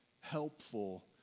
helpful